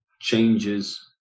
changes